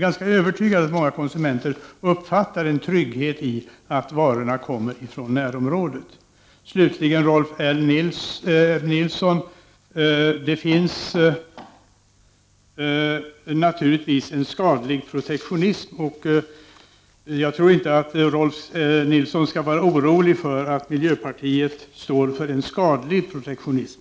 Jag är övertygad om att många konsumenter uppfattar en trygghet i att varorna kommer från närområdet. Slutligen vill jag säga till Rolf L Nilson att det naturligtvis finns en skadlig protektionism. Men jag tror inte att Rolf L Nilson skall vara orolig för att miljöpartiet står för en skadlig protektionism.